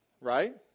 right